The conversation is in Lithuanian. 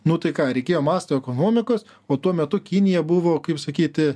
nu tai ką reikėjo masto ekonomikos o tuo metu kinija buvo kaip sakyti